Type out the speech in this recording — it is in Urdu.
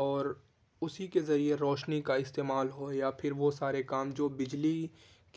اور اسی کے ذریعے روشنی کا استعمال ہو یا پھر وہ سارے کام جو بجلی